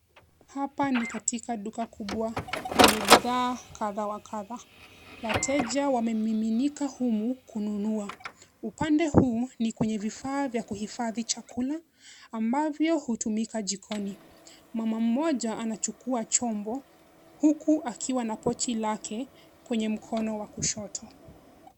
Hapa ni katika duka kubwa lenye bidhaa kadha wa kadha. Wateja wamemiminika humu kununua. Upande huu ni kwenye vifaa vya kuhifadhi chakula, ambavyo hutumika jikoni. Mama mmoja anachukua chombo, huku akiwa na pochi lake kwenye mkono wa kushoto.